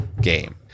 game